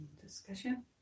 Discussion